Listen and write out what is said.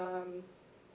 um